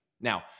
Now